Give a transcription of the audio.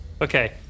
Okay